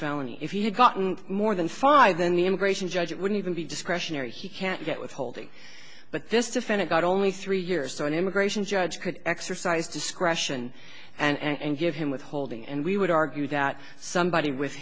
felony if he had gotten more than five then the immigration judge wouldn't even be discretionary he can't get withholding but this defendant got only three years so an immigration judge could exercise discretion and give him withholding and we would argue that somebody with